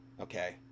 okay